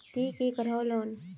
ती की करोहो लोन?